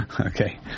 Okay